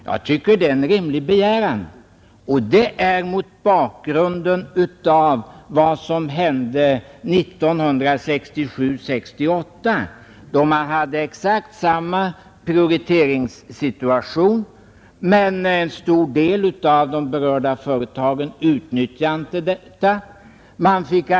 Jag tycker att det är en rimlig begäran mot bakgrund av vad som hände 1967 och 1968, då vi hade exakt samma prioriteringssituation, men då en stor del av de berörda företagen inte utnyttjade investeringsmöjligheterna.